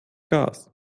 gas